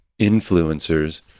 influencers